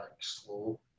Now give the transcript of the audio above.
slow